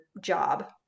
job